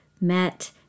met